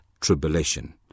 tribulation